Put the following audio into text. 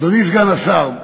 אדוני סגן השר,